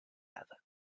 other